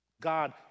God